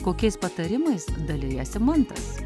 kokiais patarimais dalijasi mantas